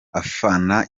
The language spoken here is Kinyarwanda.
afana